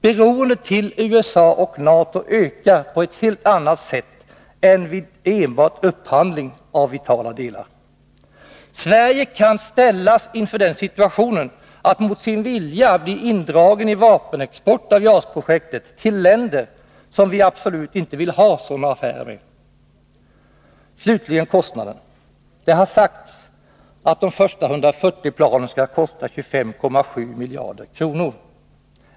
Beroendet av USA och NATO ökar på ett helt annat sätt än vid enbart upphandling av vitala delar. Sverige kan ställas inför den situationen att mot sin vilja bli indraget i vapenexport i samband med JAS-projektet, till länder som vi absolut inte vill ha sådana affärer med. Slutligen kostnaden: Det har sagts att de första 140 planen skall kosta 25,7 miljarder kronor.